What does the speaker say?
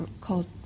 called